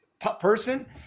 Person